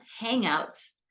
hangouts